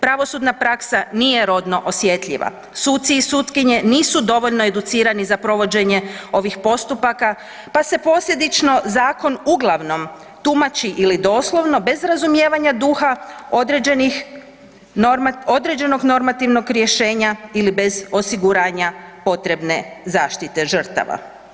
Pravosudna praksa nije rodno osjetljiva, suci i sutkinje nisu dovoljno educirane za provođenje ovih postupaka pa se posljedično zakon uglavnom tumači ili doslovno bez razumijevanja duha određenog normativnog rješenja ili bez osiguranja potrebne zaštite žrtava.